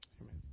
Amen